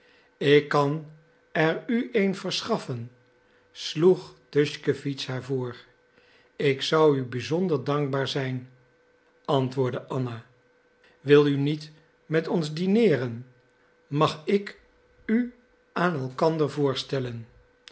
ik kan er u een verschaffen sloeg tuschkewitsch haar voor ik zou u bizonder dankbaar zijn antwoordde anna wil u niet met ons dineeren mag ik u aan elkander voorstellen